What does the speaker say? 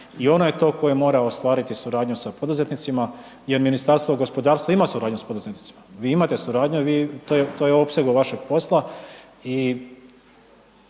i ono je to koje mora ostvariti suradnju sa poduzetnicima jer Ministarstvo gospodarstva ima suradnju sa poduzetnicima, vi imate suradnju i to je u opsegu vašeg posla